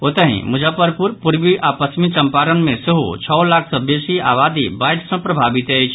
ओतहि मुजफ्फरपुर पूर्वी आ पश्चिमी चंपारण मे सेहो छओ लाख सँ बेसी आबादी बाढ़ि सँ प्रभावित अछि